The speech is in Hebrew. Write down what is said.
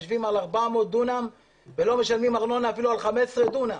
הם יושבים על 400 דונם ולא משלמים ארנונה אפילו על 15 דונם.